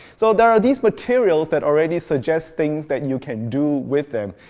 so there are these materials that already suggest things that you can do with them.